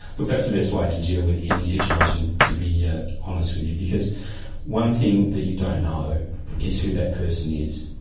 look, that's the best way to deal with any situation, to be yeah honest with you, because one thing that you don't know is who that person is,